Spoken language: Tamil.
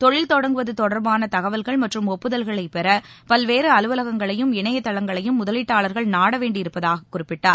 தொழில் தொடங்குவது தொடர்பான தகவல்கள் மற்றும் ஒப்புதல்களை பெற பல்வேறு அலுவலகங்களையும் இணையதளங்களையும் முதலீட்டாளர்கள் நாட வேண்டியிருப்பதாக குறிப்பிட்டார்